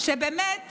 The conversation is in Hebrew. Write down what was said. שבאמת